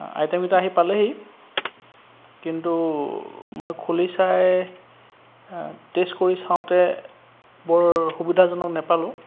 আইটেমকেইটা আহি পালেহি কিন্তু মই খুলি চাই টে'ষ্ট কৰি চাওঁতে বৰ সুবিধাজনক নেপালোঁ